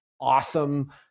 awesome